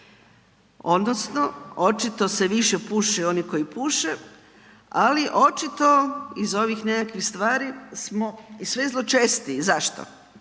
odnosno očito se više puši oni koji puše, ali očito iz ovih nekakvih stvari smo sve zločestiji. Zašto?